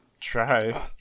try